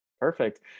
Perfect